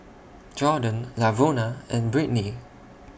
Jorden Lavona and Britni